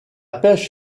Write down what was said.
pêche